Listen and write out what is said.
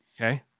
Okay